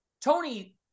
tony